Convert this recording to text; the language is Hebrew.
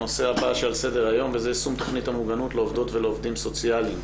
על סדר היום: יישום תוכנית המוגנות לעובדות ולעובדים הסוציאליים.